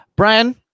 Brian